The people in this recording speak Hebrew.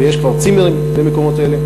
ויש כבר צימרים במקומות האלה,